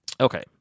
Okay